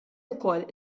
ukoll